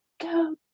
go